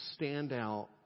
standout